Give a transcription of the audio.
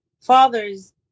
fathers